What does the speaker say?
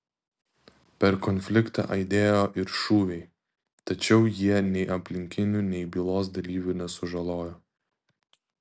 per konfliktą aidėjo ir šūviai tačiau jie nei aplinkinių nei bylos dalyvių nesužalojo